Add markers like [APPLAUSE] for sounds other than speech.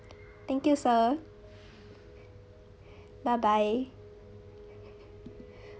thank you sir bye bye [LAUGHS]